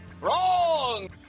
Wrong